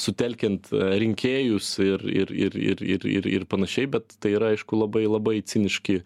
sutelkiant rinkėjus ir ir ir ir ir ir ir panašiai bet tai yra aišku labai labai ciniški